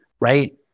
right